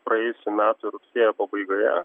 praėjusių metų rugsėjo pabaigoje